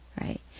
right